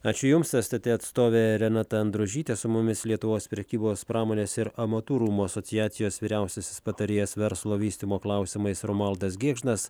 ačiū jums stt atstovė renata endružytė su mumis lietuvos prekybos pramonės ir amatų rūmų asociacijos vyriausiasis patarėjas verslo vystymo klausimais romualdas gėgžnas